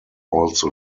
also